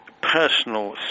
personal